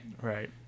Right